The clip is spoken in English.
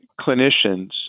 clinicians